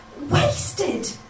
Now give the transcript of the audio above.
wasted